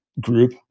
group